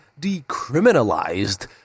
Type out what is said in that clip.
decriminalized